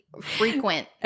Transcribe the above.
frequent